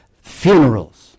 Funerals